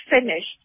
finished